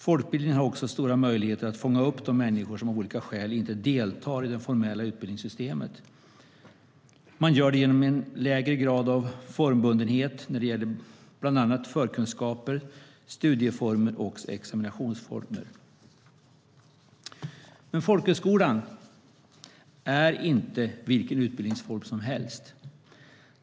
Folkbildningen har också stora möjligheter att fånga upp de människor som av olika skäl inte deltar i det formella utbildningssystemet. Man gör det genom en lägre grad av formbundenhet när det gäller bland annat förkunskaper, studieformer och examinationsformer. Folkhögskolan är inte vilken utbildningsform som helst.